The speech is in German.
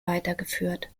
weitergeführt